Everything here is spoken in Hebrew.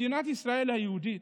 מדינת ישראל היהודית.